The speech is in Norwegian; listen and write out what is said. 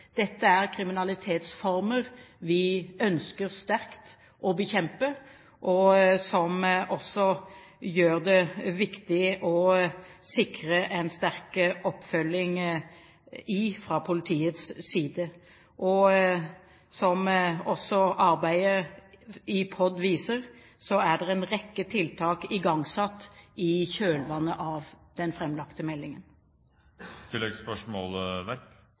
Dette er kriminalitetsformer vi ønsker sterkt å bekjempe, og hvor det også er viktig å sikre en sterk oppfølging fra politiets side. Som også arbeidet i POD viser, er det igangsatt en rekke tiltak i kjølvannet av den